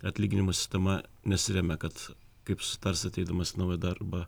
atlyginimų sistema nesiremia kad kaip susitarsi ateidamas į naują darbą